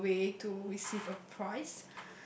on the way to receive a prize